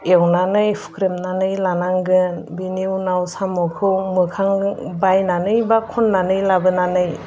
एवनानै हुख्रेमनानै लानांगोन बेनि उनाव साम'खौ मोखां बायनानै बा खन्नानै लाबोनानै